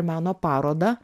meno parodą